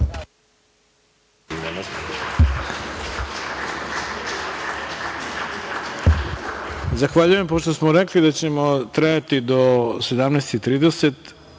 Zahvaljujem. Pošto smo rekli da ćemo trajati do 17.30